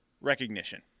recognition